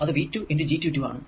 അത് V 2 G 22 ആണ്